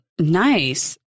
Nice